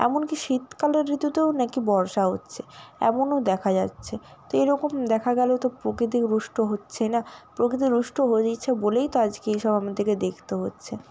এমন কি শীতকালের ঋতুতেও নাকি বর্ষা হচ্চে এমনও দেখা যাচ্ছে তো এরকম দেখা গেলে তো প্রকৃতি রুষ্ট হচ্ছেই না প্রকৃতি রুষ্ট হয়ে যেছে বলেই তো আজকে এই সব আমাদেরকে দেখতে হচ্ছে